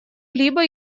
либо